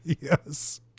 Yes